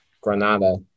Granada